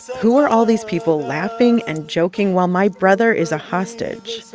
who are all these people laughing and joking while my brother is a hostage?